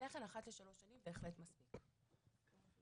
בגלל שבדרך כלל יידוע מצריך משהו מהגורם שקיבל את המידע.